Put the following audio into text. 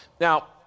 Now